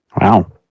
Wow